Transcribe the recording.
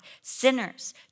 sinners